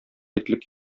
итлек